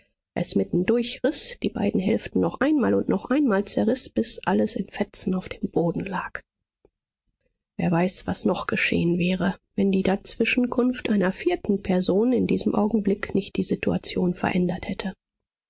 es mitten durchriß die beiden hälften noch einmal und noch einmal zerriß bis alles in fetzen auf dem boden lag wer weiß was noch geschehen wäre wenn die dazwischenkunft einer vierten person in diesem augenblick nicht die situation verändert hätte